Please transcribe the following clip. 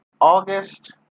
August